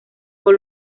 con